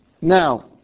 Now